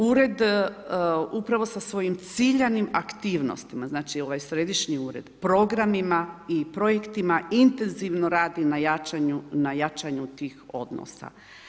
Ured upravo sa svojim ciljanim aktivnostima, znači ovaj Središnji ured programima i projektima intenzivno radi na jačanju tih odnosa.